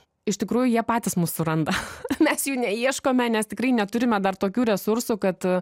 iš tikrųjų jie patys mus suranda mes jų neieškome nes tikrai neturime dar tokių resursų kad